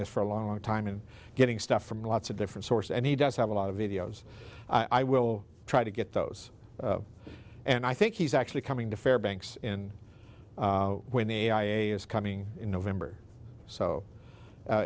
this for a long time and getting stuff from lots of different sources and he does have a lot of videos i will try to get those and i think he's actually coming to fairbanks in winnie i a is coming in november so